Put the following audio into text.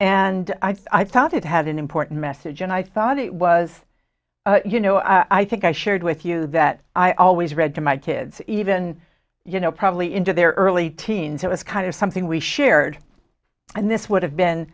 and i thought it had an important message and i thought it was you know i think i shared with you that i always read to my kids even you know probably into their early teens it was kind of something we shared and this would have been